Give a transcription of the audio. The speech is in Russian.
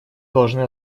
должны